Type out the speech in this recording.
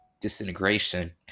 disintegration